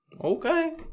Okay